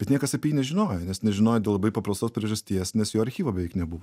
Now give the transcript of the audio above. bet niekas apie jį nežinojo nes nežinojo dėl labai paprastos priežasties nes jo archyvo beveik nebuvo